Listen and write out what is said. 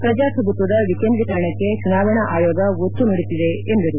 ಪ್ರಜಾಪ್ರಭುತ್ವದ ವಿಕೇಂದ್ರಿಕರಣಕ್ಕೆ ಚುನಾವಣಾ ಆಯೋಗ ಒತ್ತು ನೀಡುತ್ತಿದೆ ಎಂದರು